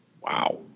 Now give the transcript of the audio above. Wow